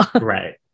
Right